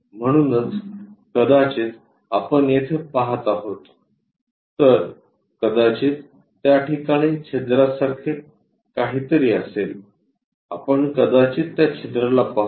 म्हणूनच कदाचित आपण येथे पहात आहोत तर कदाचित त्या ठिकाणी छिद्रा सारखे काहीतरी असेल आपण कदाचित त्या छिद्राला पाहू